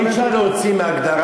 אי-אפשר לקרוא להם "פליטים".